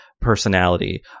personality